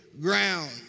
ground